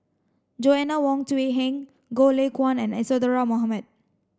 Joanna Wong Quee Heng Goh Lay Kuan and Isadhora Mohamed